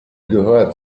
gehört